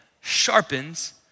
sharpens